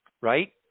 right